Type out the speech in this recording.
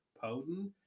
potent